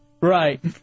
Right